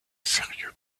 sérieux